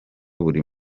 buri